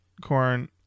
Corn